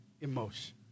emotion